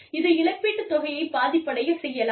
இது இழப்பீட்டுத் தொகையை பாதிப்படையச் செய்யலாம்